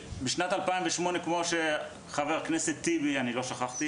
בשנת 2008 הכניסו לחוק כמה וכמה מקצועות ולא את מקצוע הדימות.